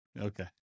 Okay